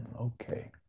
okay